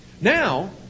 Now